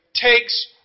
takes